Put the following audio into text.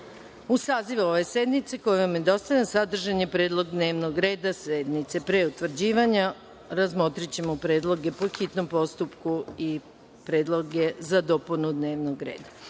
sazivu ove sednice, koji vam je dostavljen, sadržan je predlog dnevnog reda sednice. Pre utvrđivanja razmotrićemo predloge po hitnom postupku i predloge za dopunu dnevnog